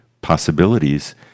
possibilities